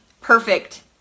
perfect